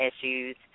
issues